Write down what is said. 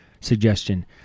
suggestion